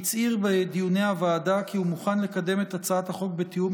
הצהיר בדיוני הוועדה כי הוא מוכן לקדם את הצעת החוק בתיאום